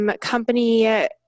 company